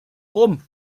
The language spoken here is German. rum